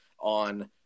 on